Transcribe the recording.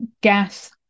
gas